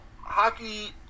hockey